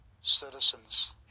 citizens